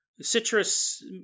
citrus